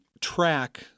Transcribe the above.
track